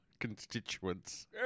Constituents